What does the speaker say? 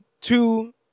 two